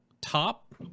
top